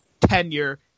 tenure